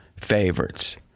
favorites